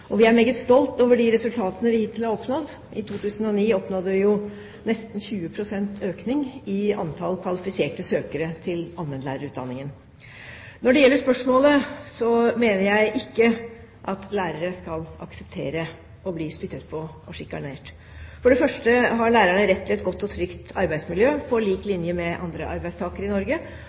og vi er meget stolte over de resultatene vi hittil har oppnådd – i 2009 oppnådde vi jo nesten 20 pst. økning i antall kvalifiserte søkere til allmennlærerutdanningen. Når det gjelder spørsmålet, mener jeg ikke at lærere skal akseptere å bli spyttet på og sjikanert. For det første har lærerne rett til et godt og trygt arbeidsmiljø, på